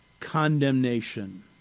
Condemnation